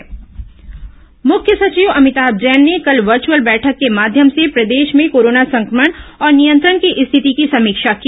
corona समीक्षा मुख्य सचिव अमिताम जैन ने कल वर्चुअल बैठक के माध्यम से प्रदेश में कोरोना संक्रमण और नियंत्रण की स्थिति की समीक्षा की